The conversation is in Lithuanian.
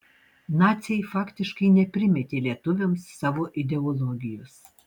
naciai faktiškai neprimetė lietuviams savo ideologijos